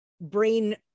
brain